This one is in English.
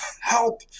Help